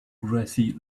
grassy